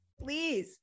please